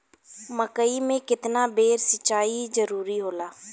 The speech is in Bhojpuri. मकई मे केतना बेर सीचाई जरूरी होला?